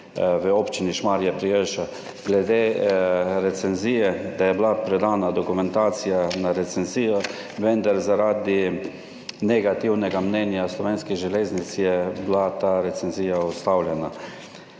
v občini Šmarje pri Jelšah in glede recenzije, da je bila predana dokumentacija na recenzijo, vendar je bila zaradi negativnega mnenja Slovenskih železnic ta recenzija ustavljena,